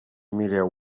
mireu